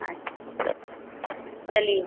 अच्छा चलिए